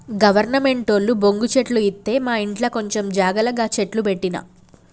గవర్నమెంటోళ్లు బొంగు చెట్లు ఇత్తె మాఇంట్ల కొంచం జాగల గ చెట్లు పెట్టిన